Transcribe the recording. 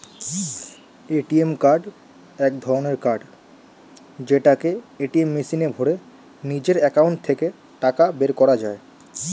ATM card এক ধরণের card যেটাকে এটিএম মেশিনে ভরে নিজের একাউন্ট থেকে টাকা বের করা যায়